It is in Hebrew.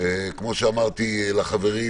כמו שאמרתי לחברים,